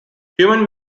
human